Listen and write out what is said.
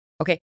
Okay